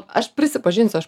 aš prisipažinsiu aš